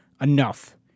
enough